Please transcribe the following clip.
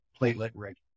platelet-rich